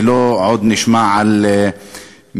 ולא עוד נשמע על מקרים,